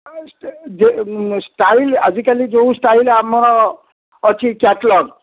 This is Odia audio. ଯେଉଁ ଷ୍ଟାଇଲ୍ ଆଜିକାଲି ଯେଉଁ ଷ୍ଟାଇଲ୍ ଆମର ଅଛି କ୍ୟାଟଲଗ୍